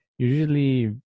usually